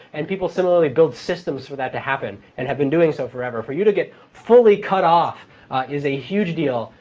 and people similarly build systems for that to happen and have been doing so forever. for you to get fully cut off is a huge deal.